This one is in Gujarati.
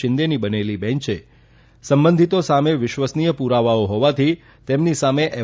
શીંદેની બનેલી બેંચે સંંબંધીતો સામે વિશ્વસનીય પુરાવાઓ હોવાથી તેમની સામે એફ